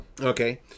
Okay